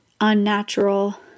unnatural